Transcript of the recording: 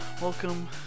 Welcome